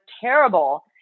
terrible